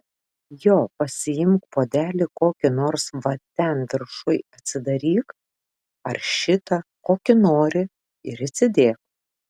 jo pasiimk puodelį kokį nors va ten viršuj atsidaryk ar šitą kokį nori ir įsidėk